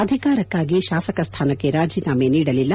ಅಧಿಕಾರಕ್ಕಾಗಿ ಶಾಸಕ ಸ್ಥಾನಕ್ಕೆ ರಾಜೀನಾಮೆ ನೀಡಲಿಲ್ಲ